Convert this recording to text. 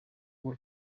wowe